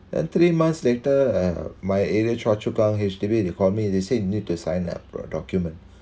then three months later uh my area Choa Chu Kang H_D_B they call me they said you need to sign up for a document